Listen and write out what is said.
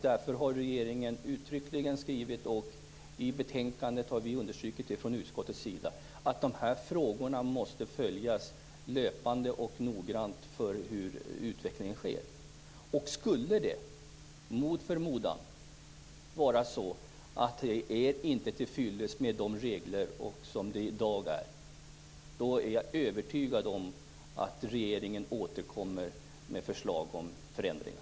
Därför har regeringen uttryckligen skrivit, och vi har från utskottet understrukit det i betänkandet, att dessa frågor måste följas löpande och noggrant för att vi skall se hur det utvecklas. Skulle det mot förmodan vara så att det inte är till fyllest med de regler som vi har i dag är jag övertygad om att regeringen återkommer med förslag om förändringar.